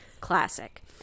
Classic